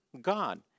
God